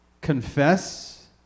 confess